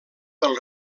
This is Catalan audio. del